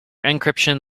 encryption